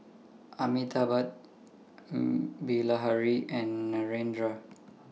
Amitabh Bilahari and Narendra